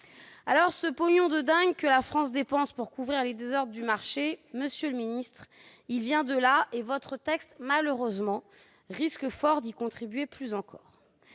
Le « pognon de dingue » que la France dépense pour couvrir les désordres du marché, monsieur le secrétaire d'État, il vient de là, et votre texte, malheureusement, risque fort d'y contribuer plus encore.